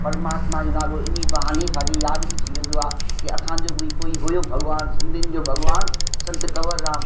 परमात्मा जो नालो हिन बहाने असांखे याद बि थी वेंदो आहे कि असांजो बि कोई हुओ भॻवान सिंधिनि जो भॻवान संत कंवर राम